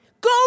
Go